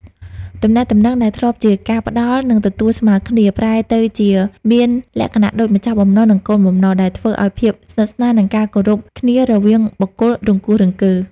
ទំនាក់ទំនងដែលធ្លាប់ជាការផ្ដល់ និងទទួលស្មើគ្នា ប្រែទៅជាមានលក្ខណៈដូចម្ចាស់បំណុល និងកូនបំណុល ដែលធ្វើឲ្យភាពស្និទ្ធស្នាល និងការគោរពគ្នារវាងបុគ្គលរង្គោះរង្គើ។